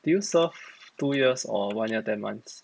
did you serve two years or one year ten months